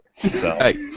Hey